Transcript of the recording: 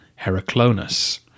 Heraclonus